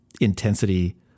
intensity